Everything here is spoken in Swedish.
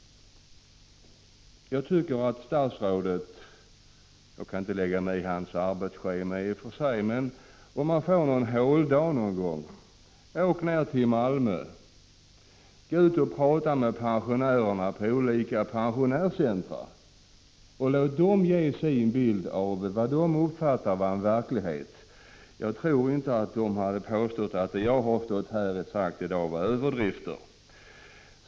Jag kan i och för sig inte lägga migi statsrådets arbetsschema, men om han får en ledig dag någon gång tycker jag att statsrådet skall åka ner till Malmö, gå ut och prata med pensionärerna på olika pensionärscentra och låt dem ge sin bild av hur de uppfattar sin verklighet. Jag tror inte att de kommer att påstå att det jag har sagt här i dag är överdrifter.